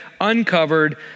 uncovered